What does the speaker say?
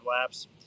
laps